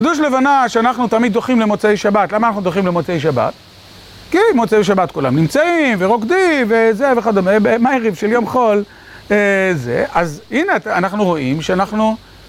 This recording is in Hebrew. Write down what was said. קידוש לבנה שאנחנו תמיד דוחים למוצאי שבת, למה אנחנו דוחים למוצאי שבת? כי מוצאי שבת כולם נמצאים, ורוקדים, וזה וכדומה, בערב של יום חול זה... אז הנה, אנחנו רואים שאנחנו...